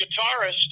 guitarist